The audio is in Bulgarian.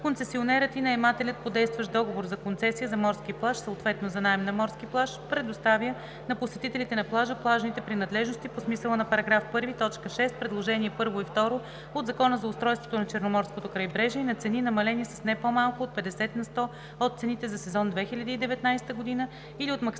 концесионерът и наемателят по действащ договор за концесия за морски плаж, съответно за наем на морски плаж предоставя на посетителите на плажа плажните принадлежности по смисъла на § 1, т. 6, предложение първо и второ от Закона за устройството на Черноморското крайбрежие на цени, намалени с не по-малко от 50 на сто от цените за сезон 2019 г. или от максималните